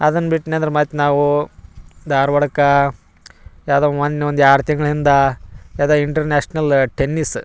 ಅದನ್ನ ಬಿಟ್ನಂದರೆ ಮತ್ತು ನಾವು ಧಾರ್ವಾಡಕ್ಕೆ ಯಾವುದೋ ಮೊನ್ನೆ ಒಂದು ಎರಡು ತಿಂಗ್ಳು ಇಂದ ಯಾವ್ದು ಇಂಟರ್ನ್ಯಾಶ್ನಲ್ ಟೆನ್ನಿಸ್